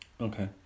Okay